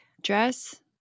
dress